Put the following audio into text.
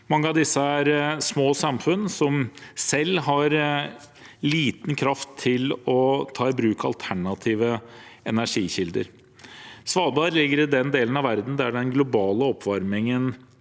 Mange av disse er små samfunn som selv har liten kraft til å ta i bruk alternative energikilder. Svalbard ligger i den delen av verden der den globale oppvarmingen